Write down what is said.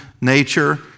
nature